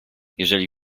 jeżeli